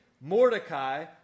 Mordecai